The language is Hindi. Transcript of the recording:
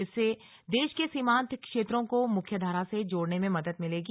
इससे देश के सीमान्त क्षेत्रों को मुख्यधारा से जोड़ने में मदद मिलेगी